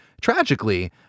tragically